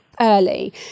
Early